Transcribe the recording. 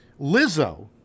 Lizzo